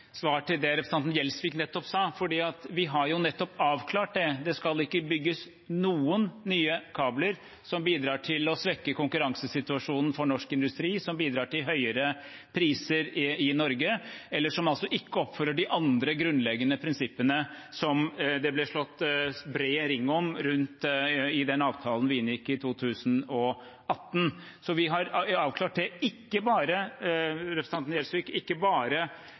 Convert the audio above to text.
svar til det representanten Gjelsvik nettopp sa, for vi har jo nettopp avklart at det ikke skal bygges noen nye kabler som bidrar til å svekke konkurransesituasjonen for norsk industri, som bidrar til høyere priser i Norge, eller som ikke oppfyller de andre grunnleggende prinsippene som det ble slått bred ring om i den avtalen vi inngikk i 2018. Så til representanten Gjelsvik: Vi har avklart det, ikke bare for NorthConnect, men også for alle andre framtidige prosjekter. I tillegg vil vi ikke